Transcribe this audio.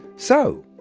so,